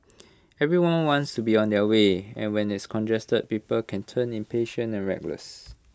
everyone wants to be on their way and when it's congested paper can turn impatient and reckless